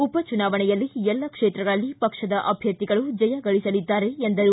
ಉಪಚುನಾಣೆಯಲ್ಲಿ ಎಲ್ಲ ಕ್ಷೇತ್ರಗಳಲ್ಲಿ ಪಕ್ಷದ ಅಭ್ಯರ್ಥಿಗಳು ಜಯ ಗಳಿಸಲಿದ್ದಾರೆ ಎಂದರು